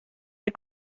der